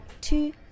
two